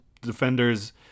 defenders